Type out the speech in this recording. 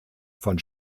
von